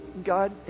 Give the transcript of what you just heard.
God